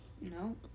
no